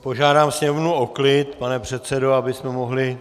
Požádám sněmovnu o klid, pane předsedo, abychom mohli...